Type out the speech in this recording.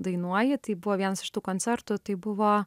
dainuoji tai buvo vienas iš tų koncertų tai buvo